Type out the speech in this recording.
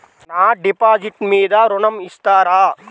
నా డిపాజిట్ మీద ఋణం ఇస్తారా?